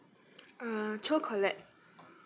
uh cho colette